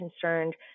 concerned